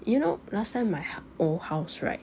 you know last time my old house right